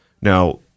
Now